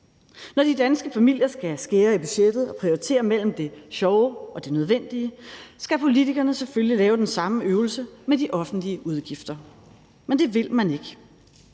Når de danske familier skal skære i budgettet og prioritere mellem det sjove og det nødvendige, skal politikerne selvfølgelig lave den samme øvelse med de offentlige udgifter. Men det vil man ikke.